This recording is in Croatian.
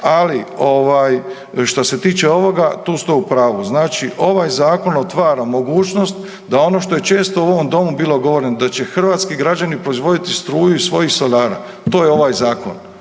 što se tiče ovoga, tu ste u pravu. Znači, ovaj Zakon otvara mogućnost da ono što je često u ovom Domu bilo govoreno da će hrvatski građani proizvoditi struju iz svojih solara, to je ovaj Zakon.